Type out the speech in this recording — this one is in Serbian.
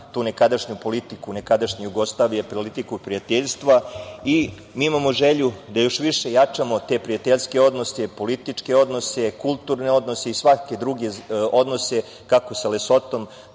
tu nekadašnju politiku nekadašnje Jugoslavije, politiku prijateljstva i mi imamo želju da još više jačamo te prijateljske odnose, političke odnose, kulturne odnose i svake druge odnose kako sa Lesotom,